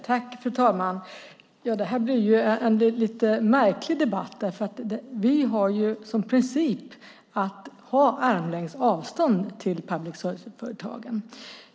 Fru talman! Det här blir en lite märklig debatt, för vi har ju som princip att ha en armlängds avstånd till public service-företagen.